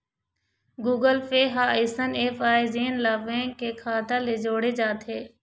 Google Pay ह अइसन app आय जेन ला बेंक के खाता ले जोड़े जाथे